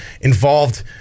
involved